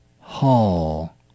hall